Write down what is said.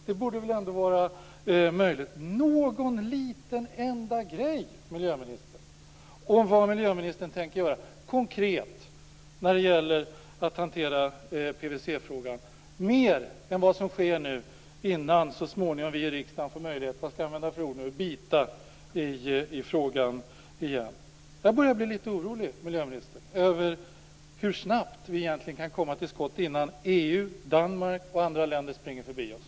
Det borde väl ändå vara möjligt att berätta någon enda liten sak om vad miljöministern tänker göra konkret när det gäller hanteringen av PVC-frågan och om vad som sker nu innan vi så småningom i riksdagen får möjlighet att ta itu med frågan igen. Jag börjar att bli litet orolig över hur länge det skall dröja innan vi kan komma till skott och innan EU, Danmark och andra länder springer förbi oss.